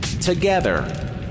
together